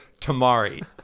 tamari